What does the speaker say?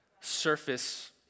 surface